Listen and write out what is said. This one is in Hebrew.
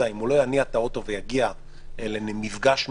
אם הם לא יניעו את האוטו ולא יגיעו למפגש מסוים,